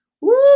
Woo